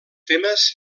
temes